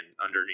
underneath